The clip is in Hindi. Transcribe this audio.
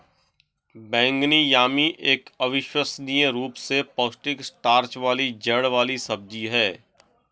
बैंगनी यामी एक अविश्वसनीय रूप से पौष्टिक स्टार्च वाली जड़ वाली सब्जी है